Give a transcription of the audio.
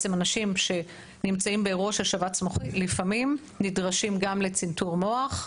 אנשים שנמצאים באירוע של שבץ מוחי לפעמים נדרשים גם לצנתור מוח.